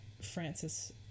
Francis